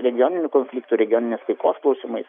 regioninių konfliktų regioninės taikos klausimais